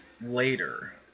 later